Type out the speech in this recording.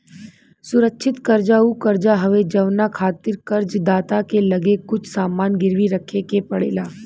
सुरक्षित कर्जा उ कर्जा हवे जवना खातिर कर्ज दाता के लगे कुछ सामान गिरवी रखे के पड़ेला